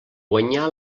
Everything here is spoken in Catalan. guanyà